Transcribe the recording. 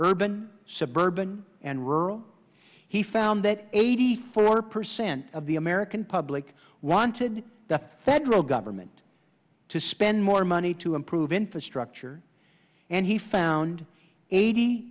urban suburban and rural he found that eighty four percent of the american public wanted the federal government to spend more money to improve infrastructure and he found eighty